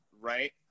right